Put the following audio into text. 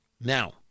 Now